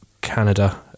Canada